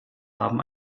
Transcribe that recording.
haben